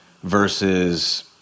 Versus